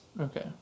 Okay